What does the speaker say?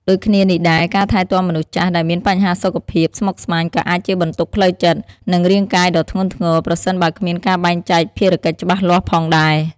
ដូចគ្នានេះដែរ ការថែទាំមនុស្សចាស់ដែលមានបញ្ហាសុខភាពស្មុគស្មាញក៏អាចជាបន្ទុកផ្លូវចិត្ត និងរាងកាយដ៏ធ្ងន់ធ្ងរ ប្រសិនបើគ្មានការបែងចែកភារកិច្ចច្បាស់លាស់ផងដែរ។